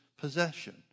possession